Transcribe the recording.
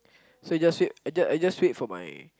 so you just wait I just I just wait for my